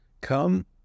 Come